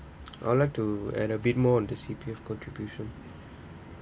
I'd like to add a bit more on the C_P_F contribution